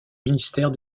ministère